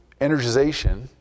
energization